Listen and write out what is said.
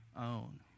own